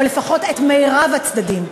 או לפחות את מרב הצדדים,